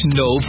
no